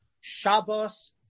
Shabbos